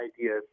ideas